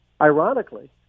ironically